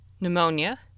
pneumonia